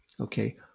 Okay